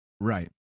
Right